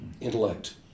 intellect